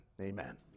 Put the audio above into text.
amen